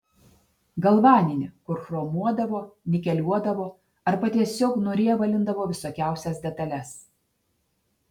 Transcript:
galvaninį kur chromuodavo nikeliuodavo arba tiesiog nuriebalindavo visokiausias detales